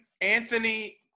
Anthony